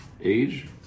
age